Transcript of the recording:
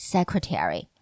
Secretary